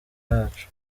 yacu